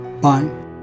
Bye